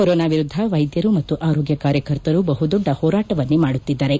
corona ವಿರುದ್ದ ವೈದ್ಯರು ಮತ್ತು ಆರೋಗ್ನ ಕಾರ್ಯಕರ್ತರು ಬಹುದೊಡ್ಡ ಹೋರಾಟವನ್ನೇ ಮಾಡುತ್ತಿದ್ದಾರೆ